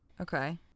Okay